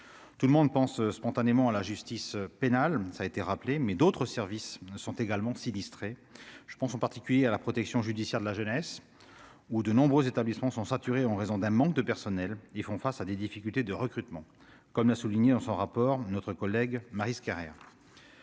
Tout le monde pense spontanément à la justice pénale, mais d'autres services sont également sinistrés. J'ai en particulier à l'esprit la protection judiciaire de la jeunesse. De nombreux établissements qui en relèvent sont saturés en raison d'un manque de personnel et font face à des difficultés de recrutement, comme l'a souligné notre collègue Maryse Carrère,